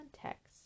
context